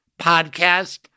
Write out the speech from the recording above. podcast